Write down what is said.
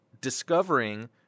discovering